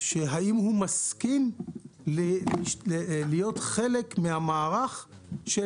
אם הוא מסכים להיות חלק מהמערך של